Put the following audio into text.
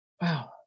wow